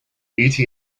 eta